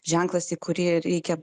ženklas į kurį reikia